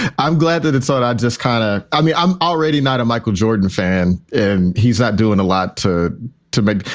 i'm glad that it's on. i just kind of i mean, i'm already not a michael jordan fan and he's not doing a lot to to me.